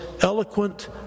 eloquent